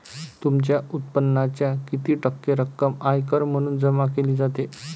तुमच्या उत्पन्नाच्या किती टक्के रक्कम आयकर म्हणून जमा केली जाते?